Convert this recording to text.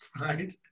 right